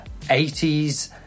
80s